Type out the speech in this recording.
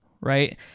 right